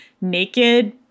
naked